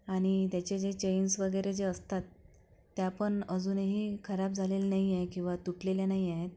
आणि त्याचे जे चैन्स वगैरे जे असतात त्या पण अजूनही खराब झालेलं नाही आहे किंवा तुटलेल्या नाही आहेत